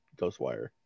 Ghostwire